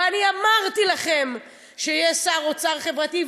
ואני אמרתי לכם שיש שר אוצר חברתי,